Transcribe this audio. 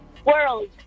World